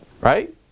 Right